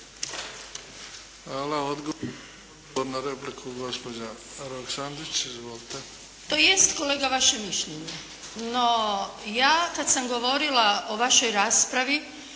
Hvala. Odgovor na repliku gospođa Roksandić. Izvolite. **Roksandić, Ivanka (HDZ)** To jest kolega vaše mišljenje. No, ja kad sam govorila o vašoj raspravi